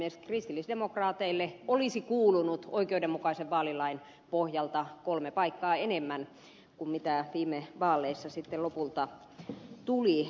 esimerkiksi kristillisdemokraateille olisi kuulunut oikeudenmukaisen vaalilain pohjalta kolme paikkaa enemmän kuin viime vaaleissa sitten lopulta tuli